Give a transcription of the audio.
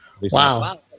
Wow